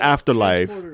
Afterlife